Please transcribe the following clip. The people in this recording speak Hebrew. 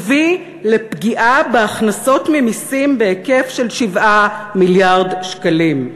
הביא לפגיעה בהכנסות ממסים בהיקף של 7 מיליארד שקלים.